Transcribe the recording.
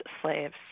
slaves